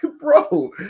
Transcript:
bro